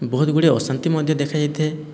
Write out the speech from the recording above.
ବହୁତଗୁଡ଼ିଏ ଅଶାନ୍ତି ମଧ୍ୟ ଦେଖାଯାଇଥାଏ